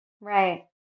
Right